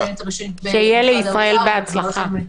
שיהיה לישראל בהצלחה.